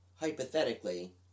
hypothetically